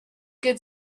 good